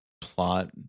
plot